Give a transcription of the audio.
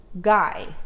guy